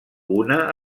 una